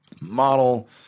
Model